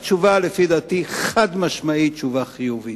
לדעתי, התשובה היא